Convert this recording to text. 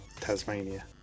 Tasmania